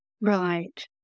Right